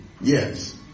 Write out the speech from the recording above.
yes